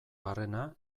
barrena